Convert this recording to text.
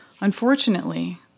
Unfortunately